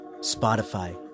Spotify